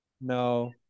No